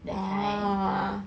then